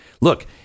Look